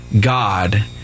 God